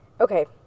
okay